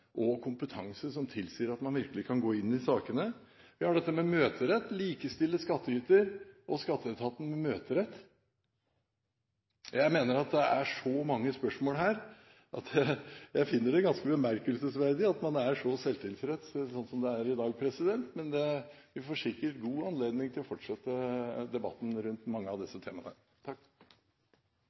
og kompetanse som tilsier at man virkelig kan gå inn i sakene? Vi har dette med møterett, å likestille skattyter og skatteetaten når det gjelder det. Jeg mener det er så mange spørsmål her at jeg finner det ganske bemerkelsesverdig at man er så selvtilfreds, slik som det er i dag. Men vi får sikkert god anledning til å fortsette debatten om mange av disse temaene.